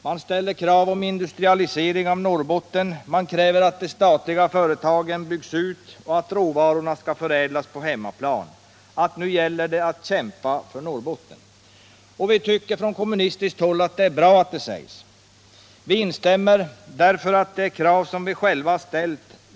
Man ställer krav på industrialisering av Norrbotten, man kräver att de statliga företagen byggs ut och att råvarorna skall förädlas på hemmaplan, och man säger att nu gäller det att kämpa för Norrbotten. På kommunistiskt håll tycker vi att det är bra att detta sägs. Vi instämmer, därför att det är krav som vi själva har ställt.